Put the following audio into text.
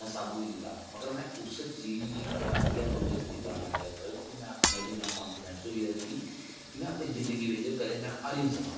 में सब कुश कीता पर में उस चीज गी परतियै नोटिस कीता में सर कि में अपने बी इन्ना काॅन्फीडैंस होई गेदा गै मिगी हा कि में अपनी जिंगदी बिच कदें में हरी नेईं सकना